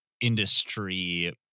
industry